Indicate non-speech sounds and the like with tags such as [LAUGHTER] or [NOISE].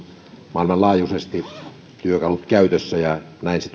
maailmanlaajuisesti käytössä ja näin se [UNINTELLIGIBLE]